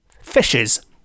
fishes